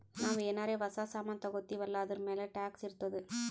ನಾವು ಏನಾರೇ ಹೊಸ ಸಾಮಾನ್ ತಗೊತ್ತಿವ್ ಅಲ್ಲಾ ಅದೂರ್ಮ್ಯಾಲ್ ಟ್ಯಾಕ್ಸ್ ಇರ್ತುದೆ